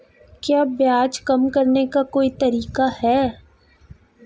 क्या ब्याज कम करने का कोई तरीका है?